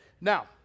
now